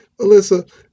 Alyssa